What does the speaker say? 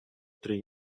три